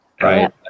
right